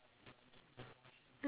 yes